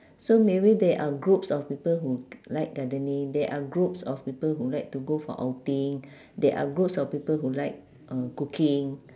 so maybe there are groups of people who like gardening there are groups of people who like to go for outing there are groups of people who like uh cooking